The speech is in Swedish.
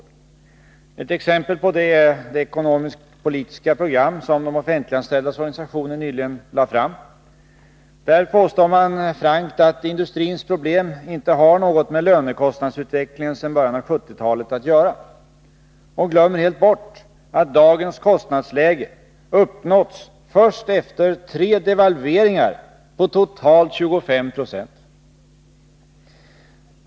Ett exempel på det är det ekonomisk-politiska program som de offentliganställdas organisationer nyligen lade fram. Där påstår man frankt att industrins problem inte har något med lönekostnadsutvecklingen sedan början av 1970-talet att göra — och glömmer helt bort att dagens kostnadsläge uppnåtts först efter tre devalveringar på totalt 25 90.